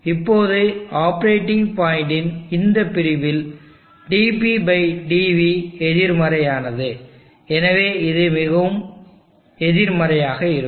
இப்போது ஆப்பரேட்டிங் பாயிண்டின் இந்த பிரிவில் dp dv எதிர்மறையானது எனவே இது மிகவும் எதிர்மறையாக இருக்கும்